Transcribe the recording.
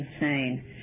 insane